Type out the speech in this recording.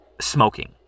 smoking